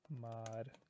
mod